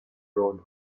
road